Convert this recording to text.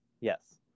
Yes